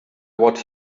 what